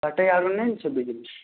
कटैआर नहि ने छै बिजली